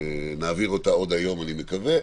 נעביר אותה עוד היום, אני מקווה.